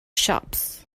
shops